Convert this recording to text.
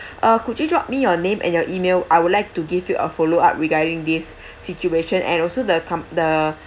uh could you drop me your name and your email I would like to give you a follow up regarding this situation and also the com~ the